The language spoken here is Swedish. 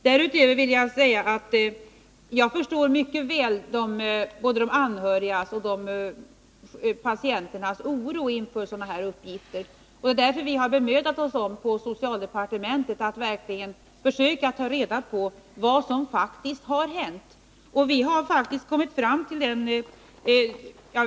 Därutöver vill jag säga att jag mycket väl förstår både de anhörigas och patienternas oro inför sådana här uppgifter. Det är därför vi på socialdepartementet har bemödat oss om att försöka ta reda på vad som faktiskt har hänt.